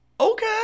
Okay